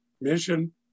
mission